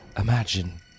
Imagine